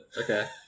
okay